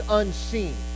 unseen